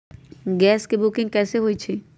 Gas के booking कैसे होईछई?